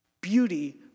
Beauty